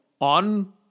on